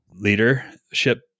leadership